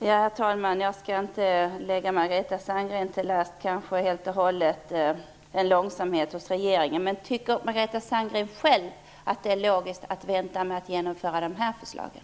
Herr talman! Jag skall inte lasta Margareta Sandgren för en långsamhet från regeringens sida. Men tycker Margareta Sandgren själv att det är logiskt att vänta med att genomföra förslagen?